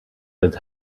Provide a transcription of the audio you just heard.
that